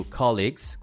colleagues